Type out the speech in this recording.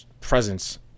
presence